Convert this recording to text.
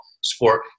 sport